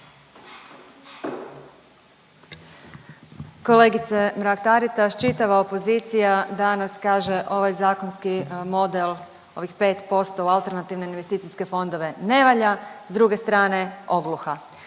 Kolegice Mrak Taritaš čitava opozicija danas kaže ovaj zakonski model ovih 5% u alternativne investicijske fondove ne valja, s druge strane ogluha.